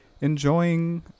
enjoying